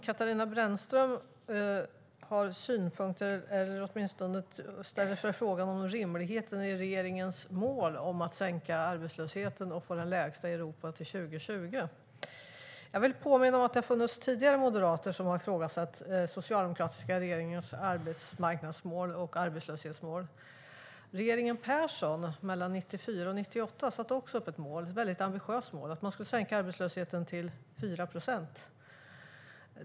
Herr talman! Katarina Brännström frågar om rimligheten i regeringens mål om att sänka arbetslösheten och få den lägsta arbetslösheten i Europa till 2020. Jag vill påminna om att tidigare moderater har ifrågasatt den socialdemokratiska regeringens arbetsmarknadsmål och arbetslöshetsmål. Regeringen Persson, mellan 1994 och 1998, satte också upp ett mycket ambitiöst mål: att man skulle sänka arbetslösheten till 4 procent.